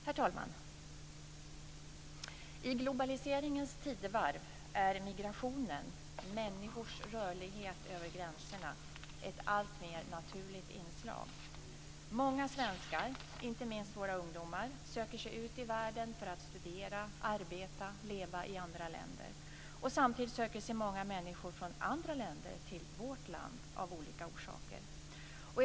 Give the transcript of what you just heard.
Herr talman! I globaliseringens tidevarv är migrationen - människors rörlighet över gränserna - ett alltmer naturligt inslag. Många svenskar - inte minst våra ungdomar - söker sig ut i världen för att studera, arbeta och leva i andra länder. Samtidigt söker sig många människor från andra länder till vårt land av olika orsaker.